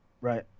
Right